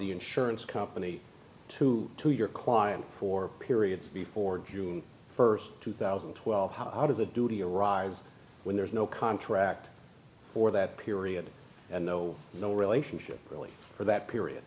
the insurance company to to your client for a period before june st two thousand and twelve how do the duty arrive when there's no contract for that period and no no relationship really for that period